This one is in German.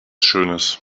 schönes